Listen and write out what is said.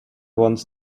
wants